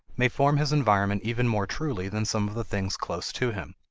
may form his environment even more truly than some of the things close to him.